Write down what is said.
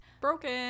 broken